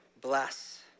Bless